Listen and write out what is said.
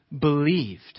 believed